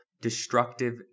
destructive